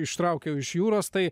ištraukiau iš jūros tai